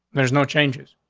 there's no changes.